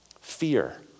Fear